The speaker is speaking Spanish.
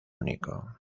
único